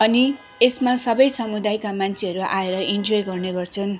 अनि यसमा सबै समुदायका मान्छेहरू आएर इन्जोय गर्ने गर्छन्